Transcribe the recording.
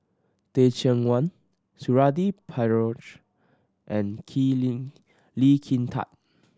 Teh Cheang Wan Suradi Parjo and Kin Lee Lee Kin Tat